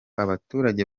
abaturage